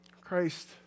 Christ